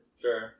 Sure